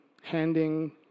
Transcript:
handing